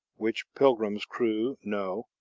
which pilgrim's crew know,